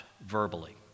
verbally